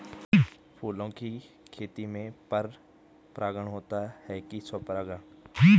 फूलों की खेती में पर परागण होता है कि स्वपरागण?